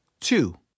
Two